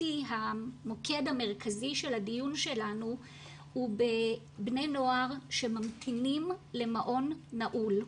מבחינתי המוקד המרכזי של הדיון שלנו הוא בבני נוער שממתינים למעון נעול.